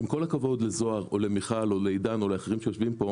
עם כל הכבוד לזוהר או למיכל או לעידן או לאחרים שיושבים כאן,